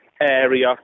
area